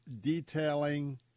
detailing